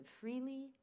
freely